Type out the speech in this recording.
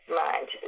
mind